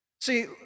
See